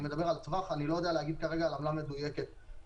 אבל אני לא יודע להגיד עמלה מדויקת כרגע.